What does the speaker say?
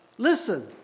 Listen